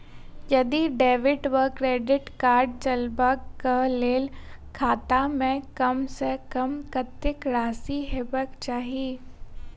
यदि डेबिट वा credit card चलबाक कऽ लेल खाता मे कम सऽ कम कत्तेक राशि हेबाक चाहि?